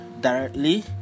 directly